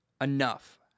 enough